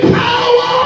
power